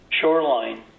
shoreline